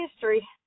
history